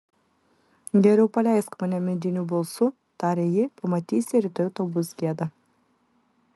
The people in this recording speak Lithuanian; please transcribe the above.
geriau paleisk mane mediniu balsu tarė ji pamatysi rytoj tau bus gėda